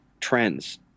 trends